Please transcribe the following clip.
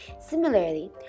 Similarly